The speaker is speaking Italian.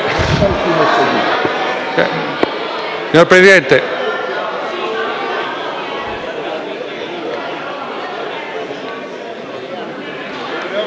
Signor Presidente,